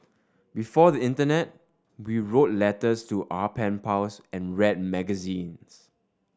before the Internet we wrote letters to our pen pals and read magazines